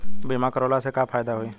बीमा करवला से का फायदा होयी?